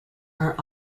are